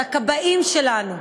לכבאים שלנו,